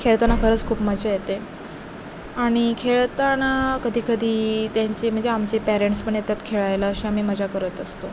खेळताना खरंच खूप मजा येते आणि खेळताना कधी कधी त्यांचे म्हणजे आमचे पेरेंट्स पण येतात खेळायला असे आम्ही मजा करत असतो